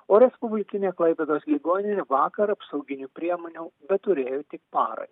o respublikinė klaipėdos ligoninė vakar apsauginių priemonių beturėjo tik parai